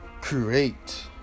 create